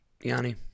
Yanni